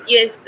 Yes